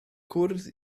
cwrdd